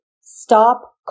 stop